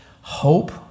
hope